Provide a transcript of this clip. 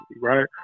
right